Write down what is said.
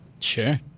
Sure